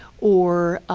or